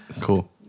Cool